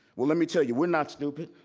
well, let me tell you, we're not stupid.